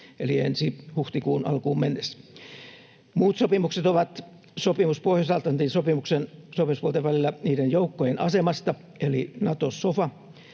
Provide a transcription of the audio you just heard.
eli ensi huhtikuun alkuun mennessä. Muut sopimukset ovat seuraavat: sopimus Pohjois-Atlantin sopimuksen sopimuspuolten välillä niiden joukkojen asemasta eli Nato-sofa;